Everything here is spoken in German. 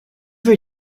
will